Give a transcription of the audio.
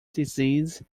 disease